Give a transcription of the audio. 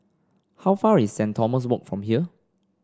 how far away is St Thomas Walk from here